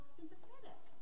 sympathetic